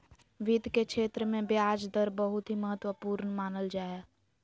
वित्त के क्षेत्र मे ब्याज दर बहुत ही महत्वपूर्ण मानल जा हय